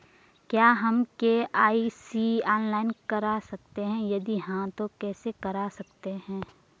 क्या हम KYC online करा सकते हैं यदि हाँ तो कैसे करा सकते हैं?